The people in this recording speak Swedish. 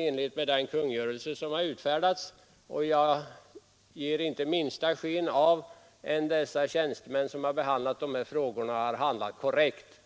Jag ger inte minsta sken av att de tjänstemän som har behandlat frågorna inte skulle ha handlat korrekt.